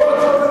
לא רצו.